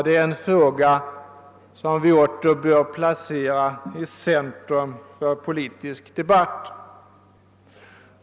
Det är en fråga som vi åter bör placera i centrum för den politiska debatten.